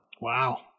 wow